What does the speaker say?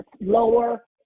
lower